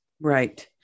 Right